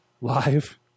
Live